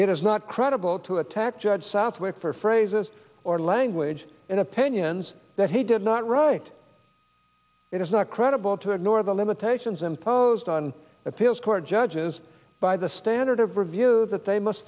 is not credible to attack judge southwick for phrases or language in opinions that he did not write it is not credible to ignore the limitations imposed on appeals court judges by the standard of review that they must